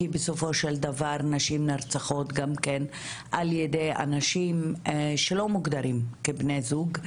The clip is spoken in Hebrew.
כי בסופו של דבר נשים נרצחות גם כן על ידי אנשים שלא מוגדרים כבני זוג.